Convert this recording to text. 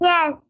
Yes